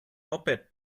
moped